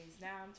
now